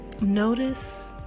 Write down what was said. Notice